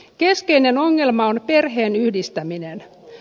keskeinen ongelma on perheenyhdistäminen